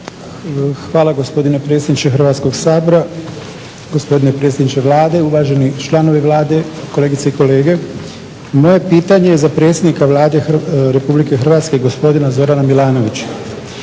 Hvala, gospodine predsjedniče Hrvatskoga sabora. Gospodine predsjedniče Vlade, uvaženi članovi Vlade, kolegice i kolege. Moje pitanje je za predsjednika Vlade Republike Hrvatske gospodine Zorana Milanovića.